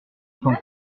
quant